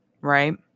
right